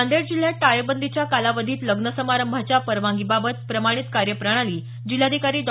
नांदेड जिल्ह्यात टाळेबंदीच्या कालावधीत लग्न समारंभाच्या परवानगीबाबत प्रमाणित कार्यप्रणाली जिल्हाधिकारी डॉ